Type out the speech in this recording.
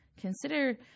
consider